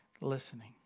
listening